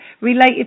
related